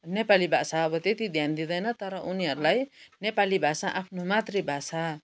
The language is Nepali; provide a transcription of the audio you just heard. नेपाली भाषा अब त्यति ध्यान दिँदैन तर उनीहरूलाई नेपाली भाषा आफ्नो मातृभाषा